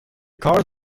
cars